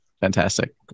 Fantastic